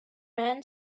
man